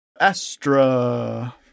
Astra